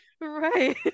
right